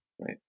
right